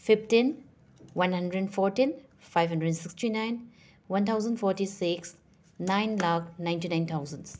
fifteen one hundred fourteen five hundred sixty nine one thousand forty six nine lakh ninety nine thousands